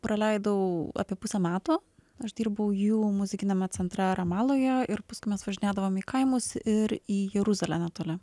praleidau apie pusę metų aš dirbau jų muzikiniame centre ramaloje ir mes važinėdavom į kaimus ir į jeruzalę netoli